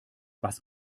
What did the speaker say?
was